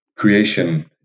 creation